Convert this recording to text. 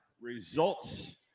results